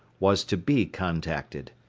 was to be contacted.